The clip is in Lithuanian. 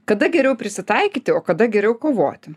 kada geriau prisitaikyti o kada geriau kovoti